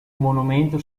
monumento